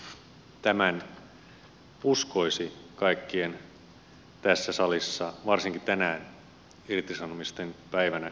tämän uskoisi kaikkien tässä salissa varsinkin tänään irtisanomisten päivä